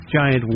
giant